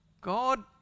God